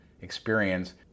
experience